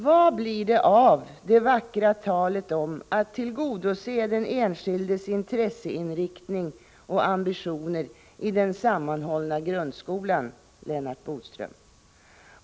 Vad blir det av det vackra talet om att tillgodose den enskildes intresseinriktning och ambitioner i den sammanhållna grundskolan, Lennart Bodström?